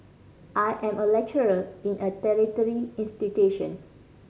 I am a lecturer in a tertiary institution